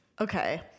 Okay